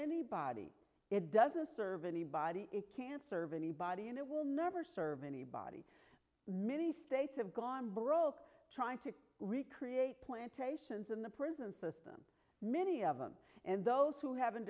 anybody it doesn't serve anybody can serve anybody and it will never serve anybody many states have gone broke trying to recreate plantations in the prison system many of them and those who haven't